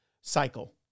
cycle